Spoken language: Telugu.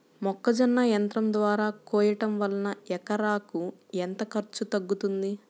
మొక్కజొన్న యంత్రం ద్వారా కోయటం వలన ఎకరాకు ఎంత ఖర్చు తగ్గుతుంది?